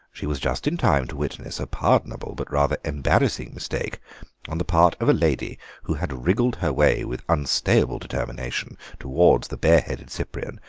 she was just in time to witness a pardonable but rather embarrassing mistake on the part of a lady who had wriggled her way with unstayable determination towards the bareheaded cyprian,